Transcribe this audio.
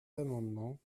amendement